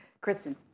Kristen